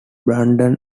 brandon